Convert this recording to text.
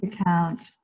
account